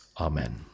amen